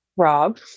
Rob